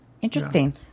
Interesting